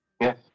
Yes